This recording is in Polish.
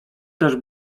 też